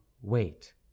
wait